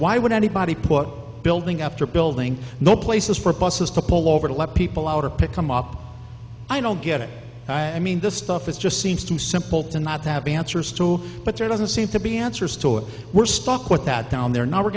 why would anybody put building after building no places for buses to pull over to let people out or pick them up i don't get it i mean this stuff is just seems too simple to not have answers to but there doesn't seem to be answers to it we're stuck with that down there now we're